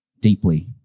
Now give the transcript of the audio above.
deeply